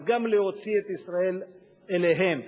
אז גם להוציא את ישראל אליהם.